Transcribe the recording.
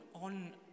on